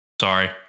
sorry